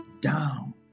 down